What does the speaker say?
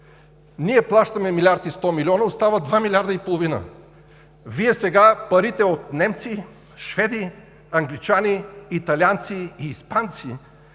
ние плащаме милиард и сто милиона. Остават два милиарда и половина. Сега парите от немци, шведи, англичани, италианци и испанци,